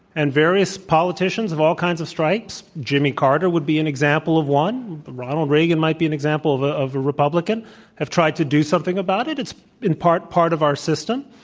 and various politicians of all kinds of stripes jimmy carter would be an example of one, ronald reagan might be an example of ah of a republican have tried to do something about it. it's been part part of our system.